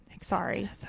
sorry